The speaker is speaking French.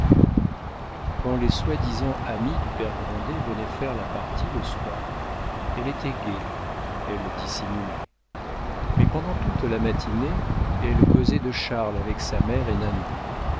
quand les soi-disant amis du père grandet venaient faire la partie le soir elle était gaie elle dissimulait mais pendant toute la matinée elle causait de charles avec sa mère